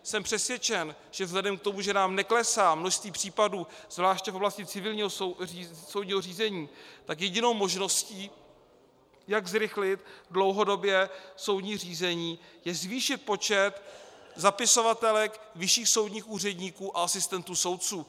Jsem přesvědčen, že vzhledem k tomu, že nám neklesá množství případů zvláště v oblasti civilního soudního řízení, tak jedinou možností, jak zrychlit dlouhodobě soudní řízení, je zvýšit počet zapisovatelek, vyšších soudních úředníků a asistentů soudců.